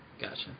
Gotcha